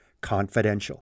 confidential